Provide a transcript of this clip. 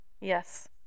Yes